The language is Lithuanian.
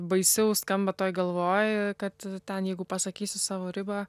baisiau skamba toj galvoj kad ten jeigu pasakysiu savo ribą